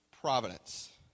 Providence